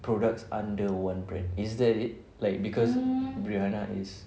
products under one brand is that it like because rihanna is